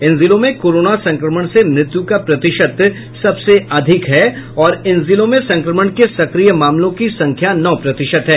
इन जिलों में कोरोना संक्रमण से मृत्यु का प्रतिशत सबसे अधिक है और इन जिलों में संक्रमण के सक्रिय मामलों की संख्या नौ प्रतिशत है